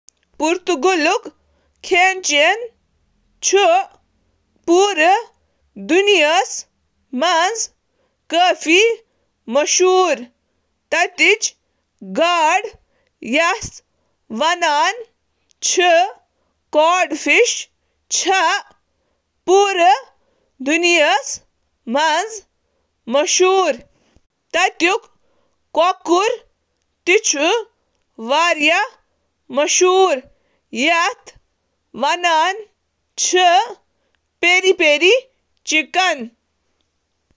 پرتگالی پکنن منٛز چُھ ماز ,سورٕ ماز، بیف، پولٹری بنیٲدی طور پٲنٹھ گیم تہٕ باقی ، سمندری غذا ,گاڈٕ، کرسٹیشین یتھ کٔنۍ لابسٹر، کیکڑہ، شرمپ، جھینگہٕ، آکٹوپس، تہٕ مولسک یتھ کٔنۍ سکالپس، کلیمز تہٕ بارناکلز ، سبزی تہٕ پھلیاں تہٕ میٹھی ,کیک چِھ ساروی کھوتہٕ زیادٕ تعداد ۔